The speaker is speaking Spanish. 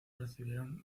recibieron